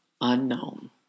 unknown